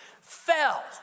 fell